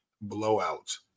blowout